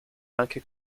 anche